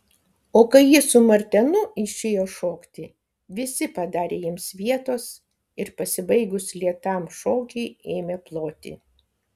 o kai ji su martenu išėjo šokti visi padarė jiems vietos ir pasibaigus lėtam šokiui ėmė ploti